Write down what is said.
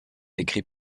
écrit